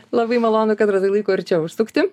labai malonu kad radai laiko ir čia užsukti